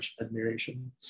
admiration